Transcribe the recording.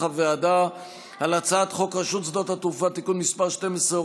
הוועדה על הצעת חוק רשות שדות התעופה (תיקון מס' 12,